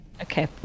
Okay